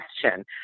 question